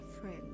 friend